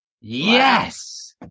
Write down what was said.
Yes